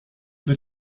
that